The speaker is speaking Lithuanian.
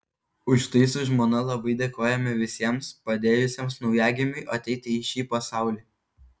už tai su žmona labai dėkojame visiems padėjusiems naujagimiui ateiti į šį pasaulį